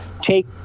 take